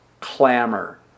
clamor